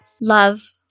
Love